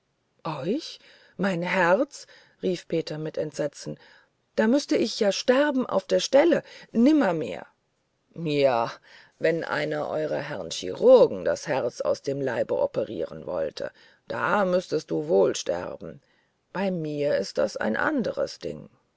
euch mein herz schrie peter mit entsetzen da müßte ich ja sterben auf der stelle nimmermehr ja wenn dir einer eurer herrn chirurgen das herz aus dem leib operieren wollte da müßtest du wohl sterben bei mir ist dies ein anderes ding